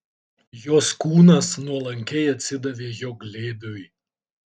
jos kūnas nuolankiai atsidavė jo glėbiui